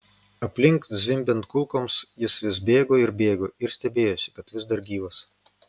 aplink zvimbiant kulkoms jis vis bėgo ir bėgo ir stebėjosi kad vis dar gyvas